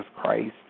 Christ